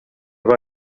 have